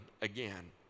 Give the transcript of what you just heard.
again